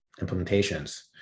implementations